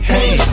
Hey